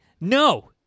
no